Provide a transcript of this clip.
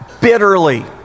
bitterly